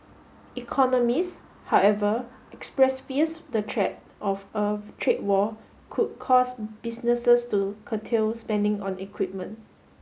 economist however express fears the threat of a trade war could cause businesses to curtail spending on equipment